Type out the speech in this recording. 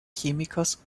chemikers